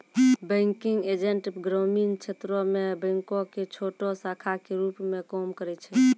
banking agent ग्रामीण क्षेत्रो मे बैंको के छोटो शाखा के रुप मे काम करै छै